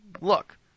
look